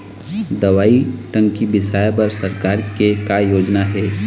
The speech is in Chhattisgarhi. दवई टंकी बिसाए बर सरकार के का योजना हे?